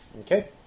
Okay